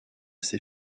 ses